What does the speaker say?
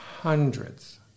hundreds